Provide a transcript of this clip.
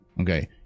Okay